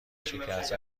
شکسته